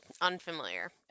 Unfamiliar